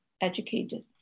educated